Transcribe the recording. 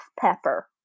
pepper